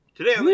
Today